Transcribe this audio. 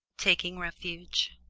taking refuge.